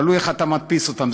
תלוי איך אתה מדפיס אותם,